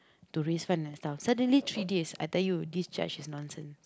to re spend the stuff suddenly three days I tell you this judge is nonsense